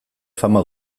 fama